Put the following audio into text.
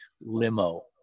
limo